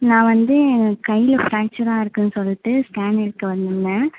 நான் வந்து எனக்கு கையில் ஃப்ரேக்சராக இருக்குதுன் சொல்லிட்டு ஸ்கேன் எடுக்க வந்திருந்தேன்